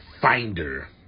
finder